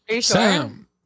Sam